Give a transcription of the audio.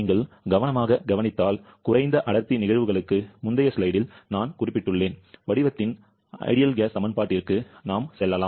நீங்கள் கவனமாகக் கவனித்தால் குறைந்த அடர்த்தி நிகழ்வுகளுக்கு முந்தைய ஸ்லைடில் நான் குறிப்பிட்டுள்ளேன் வடிவத்தின் சிறந்த வாயு சமன்பாட்டிற்கு நாம் செல்லலாம்